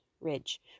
Ridge